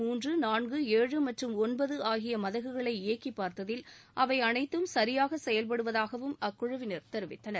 மூன்று நான்கு ஏழு மற்றும் ஒன்பது ஆகிய மதகுகளை இயக்கி பார்த்ததில் அவை அனைத்தும் சரியாக செயல்படுவதாகவும் அக்குழுவினர் தெரிவித்தனர்